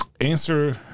answer